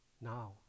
Now